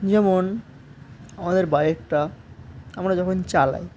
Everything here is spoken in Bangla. যেমন আমাদের বাইকটা আমরা যখন চালাই